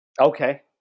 Okay